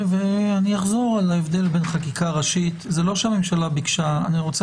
ואחזור על ההבדל בין חקיקה ראשית אני רואה